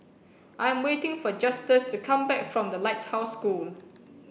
I'm waiting for Justus to come back from The Lighthouse School